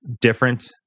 different